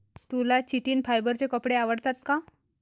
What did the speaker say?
तुला चिटिन फायबरचे कपडे आवडतात का?